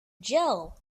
gel